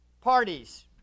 parties